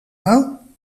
nou